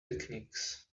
techniques